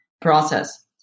process